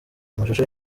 amashusho